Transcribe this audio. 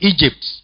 Egypt